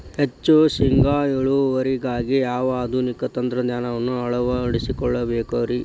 ಹೆಚ್ಚು ಶೇಂಗಾ ಇಳುವರಿಗಾಗಿ ಯಾವ ಆಧುನಿಕ ತಂತ್ರಜ್ಞಾನವನ್ನ ಅಳವಡಿಸಿಕೊಳ್ಳಬೇಕರೇ?